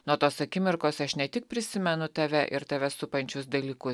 nuo tos akimirkos aš ne tik prisimenu tave ir tave supančius dalykus